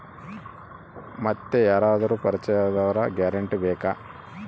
ಮತ್ತೆ ಯಾರಾದರೂ ಪರಿಚಯದವರ ಗ್ಯಾರಂಟಿ ಬೇಕಾ?